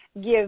give